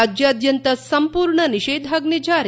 ರಾಜ್ಯಾದ್ಯಂತ ಸಂಪೂರ್ಣ ನಿಷೇಧಾಜ್ಞೆ ಜಾರಿ